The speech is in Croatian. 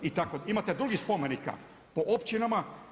I tako, imate drugih spomenika po općinama.